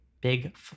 big